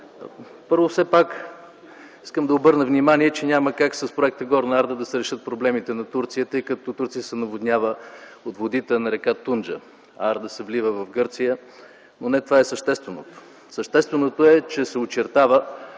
Първо, все пак искам да обърна внимание, че с проекта „Горна Арда” няма как да се решат проблемите на Турция, тъй като Турция се наводнява от водите на р. Тунджа, а Арда се влива в Гърция, но не това е същественото. Същественото е, че се очертава